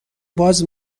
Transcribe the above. باز